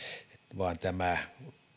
vaan tämä